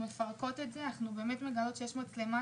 פירקנו את זה ואנחנו מגלות שאכן יש מצלמה,